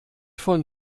von